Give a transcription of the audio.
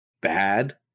bad